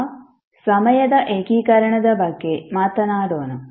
ಈಗ ಸಮಯದ ಏಕೀಕರಣದ ಬಗ್ಗೆ ಮಾತನಾಡೋಣ